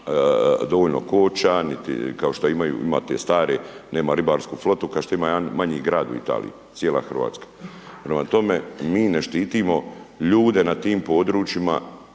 dovoljno koča, niti kao što imaju, ima te stare, nema ribarsku flotu kao što ima jedan manji grad u Italiji, cijela RH. Prema tome, mi ne štitimo ljude na tim područjima,